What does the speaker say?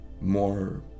more